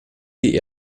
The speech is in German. die